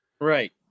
Right